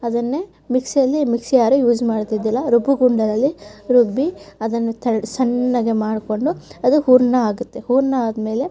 ಅದನ್ನೇ ಮಿಕ್ಸಿಯಲ್ಲಿ ಮಿಕ್ಸಿ ಯಾರು ಯೂಸ್ ಮಾಡ್ತಿದ್ದಿಲ್ಲ ರುಬ್ಬೋ ಗುಂಡಲ್ಲಿ ರುಬ್ಬಿ ಅದನ್ನು ತ ಸಣ್ಣಗೆ ಮಾಡ್ಕೊಂಡು ಅದು ಹೂರಣ ಆಗುತ್ತೆ ಹೂರಣ ಆದ್ಮೇಲೆ